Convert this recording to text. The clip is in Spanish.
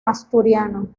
asturiano